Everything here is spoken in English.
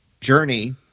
journey